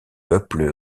peuple